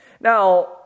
Now